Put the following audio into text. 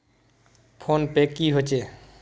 Phone पै की होचे?